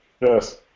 Yes